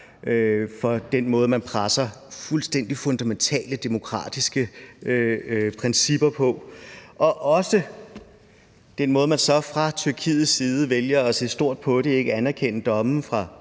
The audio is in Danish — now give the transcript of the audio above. For den måde, man fuldstændig presser fundamentale demokratiske principper på, og også den måde, man fra Tyrkiets side vælger at se stort på og ikke vil anerkende dommen fra